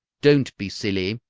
don't be silly!